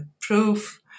proof